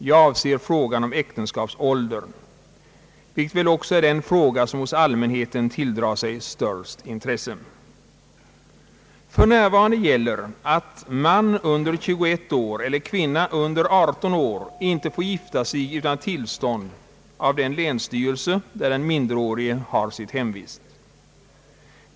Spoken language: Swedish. Jag avser frågan om äktenskapsåldern, vilken väl också är den fråga som hos allmänheten tilldrar sig det största intresset; För närvarande gäller att man under 21 år eller kvinna under 18 år inte får gifta sig utan tillstånd av den länsstyrelse, där den som är minderårig har sitt hemvist.